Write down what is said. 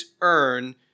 earn